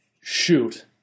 shoot